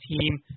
team